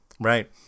right